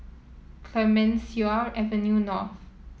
Clemenceau Avenue North